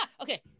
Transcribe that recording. Okay